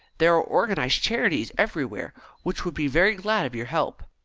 there are organised charities everywhere which would be very glad of your help.